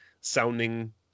sounding